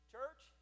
Church